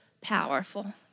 powerful